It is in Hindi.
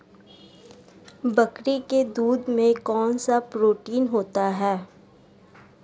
बकरी के दूध में कौनसा प्रोटीन होता है?